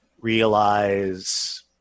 realize